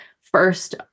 first